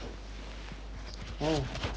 oh